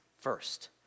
first